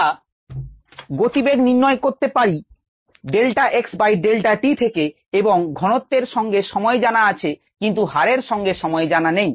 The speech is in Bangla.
আমরা গতিবেগ নির্ণয় করতে পারি delta X by delta t থেকে এবং ঘনত্তের সঙ্গে সময় জানা আছে কিন্ত হারের সঙ্গে সময় জানা নেই